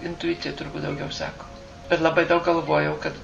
intuicija turbūt daugiau sako kad labai daug galvojau kad